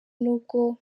n’ubwo